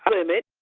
um limit,